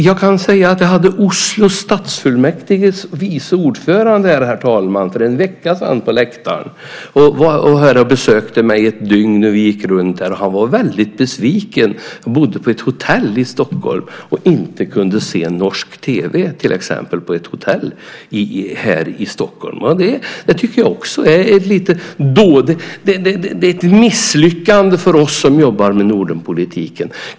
Jag kan berätta, herr talman, att Oslos stadsfullmäktiges vice ordförande satt på läktaren för en vecka sedan när han var och besökte mig under ett dygn. Han var väldigt besviken över att han inte kunde se norsk tv på sitt hotell här i Stockholm. Det är ett misslyckande för oss som jobbar med Nordenpolitiken.